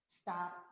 Stop